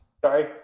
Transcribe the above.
Sorry